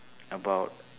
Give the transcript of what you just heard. about